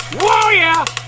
whoa yeah!